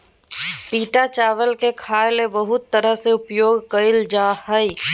पिटा चावल के खाय ले बहुत तरह से उपयोग कइल जा हइ